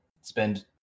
spend